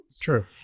True